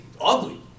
ugly